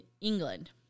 England